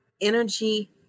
energy